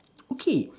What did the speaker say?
okay